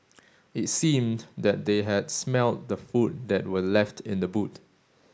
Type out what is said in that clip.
it seemed that they had smelt the food that were left in the boot